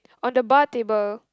on the bar table